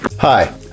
Hi